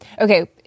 Okay